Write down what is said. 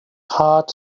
heart